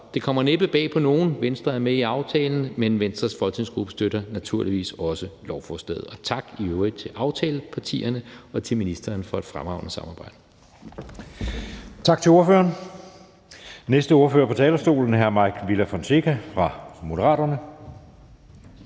det kommer næppe bag på nogen, at Venstre er med i aftalen, men Venstres folketingsgruppe støtter naturligvis også lovforslaget. Og jeg vil i øvrigt sige tak til aftalepartierne og til ministeren for et fremragende samarbejde. Kl. 15:25 Anden næstformand (Jeppe Søe): Tak til ordføreren. Den næste ordfører på talerstolen er hr. Mike Villa Fonseca fra Moderaterne.